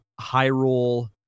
Hyrule